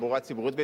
תחבורה ציבורית,